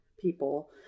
people